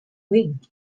wing